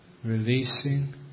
releasing